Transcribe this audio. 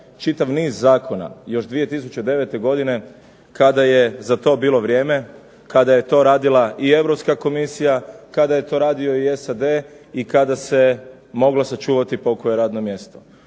čitav niz zakona, još 2009. godine kada je za to bilo vrijeme, kada je to radila i Europska Komisija, kada je to radio i SAD i kada se moglo sačuvati pokoje radno mjesto.